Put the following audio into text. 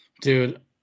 Dude